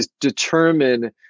determine